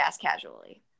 casually